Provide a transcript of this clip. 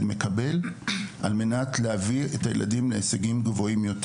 מקבל על מנת להביא את הילדים להישגים גבוהים יותר.